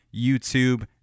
YouTube